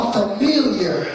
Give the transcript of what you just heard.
familiar